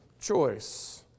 choice